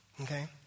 Okay